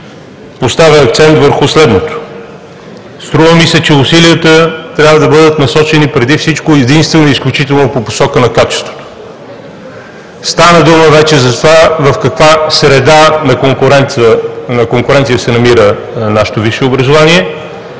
поставя акцент върху следното: струва ми се, че усилията трябва да бъдат насочени преди всичко, единствено и изключително, по посока на качеството. Стана дума вече за това в каква среда на конкуренция се намира нашето висше образование